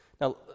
Now